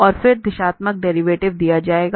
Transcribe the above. और फिर दिशात्मक डेरिवेटिव दिया जाएगा